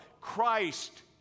Christ